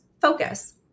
focus